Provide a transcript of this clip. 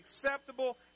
acceptable